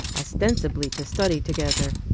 ostensibly to study together.